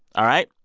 all right.